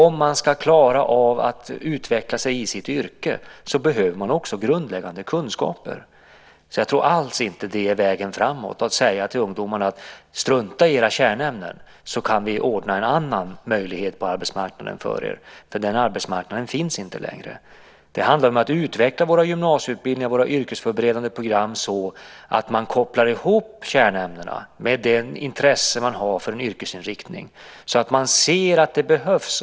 Om man ska klara av att utveckla sig i sitt yrke behöver man också grundläggande kunskaper. Jag tror inte alls att det är vägen framåt att säga till ungdomarna att de ska strunta i kärnämnena så kan vi ordna en annan möjlighet på arbetsmarknaden för dem. Den arbetsmarknaden finns inte längre. Det handlar om att utveckla våra gymnasieutbildningar och våra yrkesförberedande program så att kärnämnena kopplas ihop med det intresse man har för en yrkesinriktning så att man ser att det behövs.